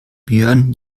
björn